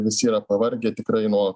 visi yra pavargę tikrai nuo